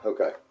Okay